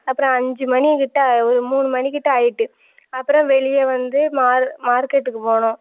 அப்புறம் அஞ்சு மணி கிட்ட ஒரு மூணு மணி கிட்ட ஆகிட்டு அப்புறம் வெளியே வந்து மார் மார்க்கெட்டுக்கு போனோம்